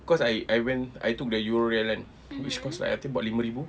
cause I I went I took the euro rail kan which cost like I think about lima ribu